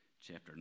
chapter